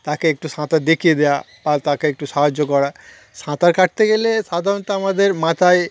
তাকে একটু সাঁতার দেখিয়ে দেওয়া আর তাকে একটু সাহায্য করা সাঁতার কাটতে গেলে সাধারণত আমাদের মাথায়